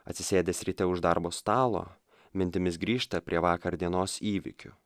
atsisėdęs ryte už darbo stalo mintimis grįžta prie vakar dienos įvykių